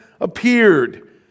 appeared